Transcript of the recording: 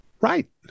Right